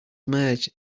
merge